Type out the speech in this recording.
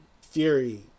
Fury